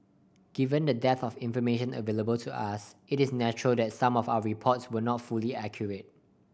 given the dearth of information available to us it is natural that some of our reports were not fully accurate